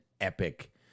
epic